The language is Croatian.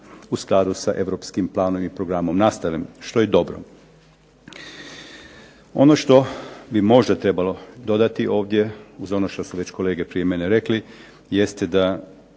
u skladu sa europskim planom i programom nastave, što je dobro. Ono što bi možda trebalo dodati ovdje uz ono što su već kolege prije mene rekli jeste da